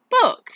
book